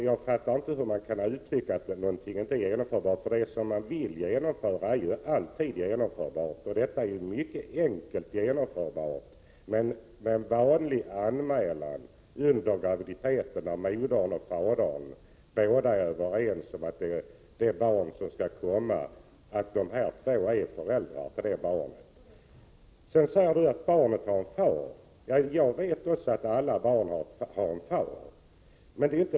Jag förstår inte hur man kan påstå att någonting inte är genomförbart. Det man verkligen vill genomföra är ju alltid genomförbart. Detta är mycket enkelt att genomföra — det gäller bara en vanlig anmälan av fadern och modern under graviditeten att båda är överens om att dessa två är föräldrar till det barn som skall födas. Sedan säger Ewa Hedkvist Petersen att barnet har en far. Jag vet också att alla barn har en far.